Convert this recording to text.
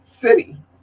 city